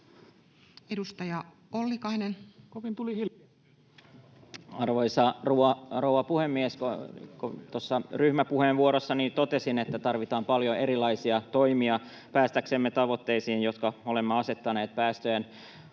Time: 15:34 Content: Arvoisa rouva puhemies! Tuossa ryhmäpuheenvuorossani totesin, että tarvitaan paljon erilaisia toimia päästäksemme tavoitteisiin, jotka olemme asettaneet päästöjen